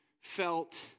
felt